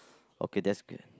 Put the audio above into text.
okay that's okay